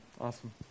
Awesome